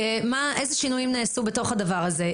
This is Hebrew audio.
תאמרו איזה שינויים נעשו בתוך הדבר הזה.